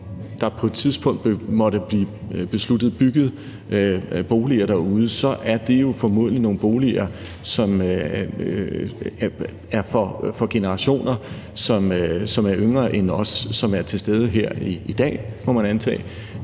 når der på et tidspunkt måtte blive besluttet bygget boliger derude, er det jo formodentlig nogle boliger, som er for generationer, som er yngre end os, som er til stede her i dag, må man antage.